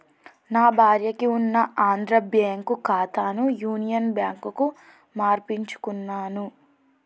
నా భార్యకి ఉన్న ఆంధ్రా బ్యేంకు ఖాతాని యునియన్ బ్యాంకుకు మార్పించుకున్నాను